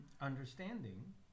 understanding